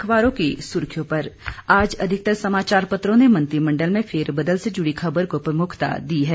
अखबारों की सुर्खियों पर आज अधिकतर समाचार पत्रों ने मंत्रिमंडल में फेरबदल से जुड़ी खबर को प्रमुखता दी है